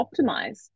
optimize